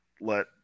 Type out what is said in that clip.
let